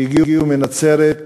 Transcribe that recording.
שהגיעו מנצרת,